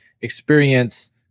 experience